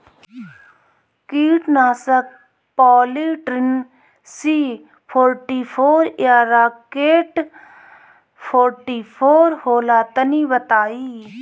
कीटनाशक Polytrin C forty four या rocket forty four होला तनि बताई?